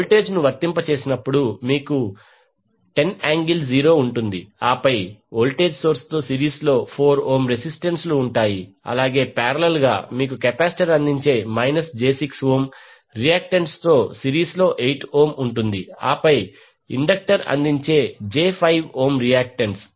voltage ను వర్తింపజేసినప్పుడు మీకు 10 యాంగిల్ 0 ఉంటుంది ఆపై వోల్టేజ్ సోర్స్ తో సిరీస్లో 4 ఓం రెసిస్టెన్స్ లు ఉంటాయి అలాగే పారేలల్ గా మీకు కెపాసిటర్ అందించే మైనస్ j6 ఓమ్ రియాక్టన్స్ తో సిరీస్లో 8 ఓం ఉంటుంది ఆపై ఇండక్టర్ అందించే j 5 ఓం రియాక్టన్స్